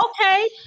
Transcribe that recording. okay